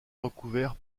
recouvert